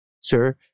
sir